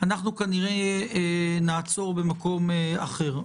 אנחנו כנראה נעצור במקום אחר.